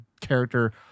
character